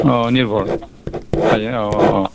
औ निर्भर थायो औ औ